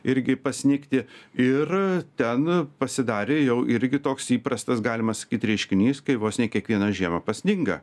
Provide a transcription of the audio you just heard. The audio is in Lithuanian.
irgi pasnigti ir ten pasidarė jau irgi toks įprastas galima sakyt reiškinys kai vos ne kiekvieną žiemą pasninga